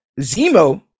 Zemo